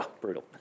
Brutal